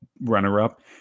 runner-up